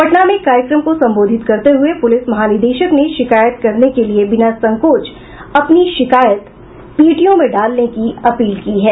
पटना में एक कार्यक्रम को संबोधित करते हुये पुलिस महानिदेशक ने शिकायत करने के लिये बिना संकोच अपनी शिकायत पेटियों में डालने की अपील की है